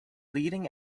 leading